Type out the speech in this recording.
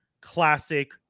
classic